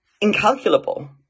incalculable